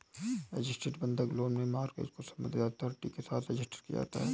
registered बंधक loan में mortgage को संबंधित अथॉरिटी के साथ रजिस्टर किया जाता है